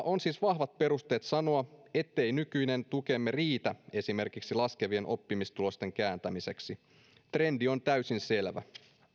on siis vahvat perusteet sanoa ettei nykyinen tukemme riitä esimerkiksi laskevien oppimistulosten kääntämiseksi trendi on täysin selvä